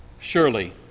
Surely